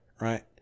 right